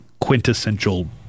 quintessential